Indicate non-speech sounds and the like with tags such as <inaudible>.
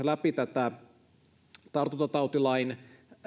<unintelligible> läpi tätä tartuntatautilain